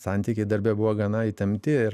santykiai darbe buvo gana įtempti ir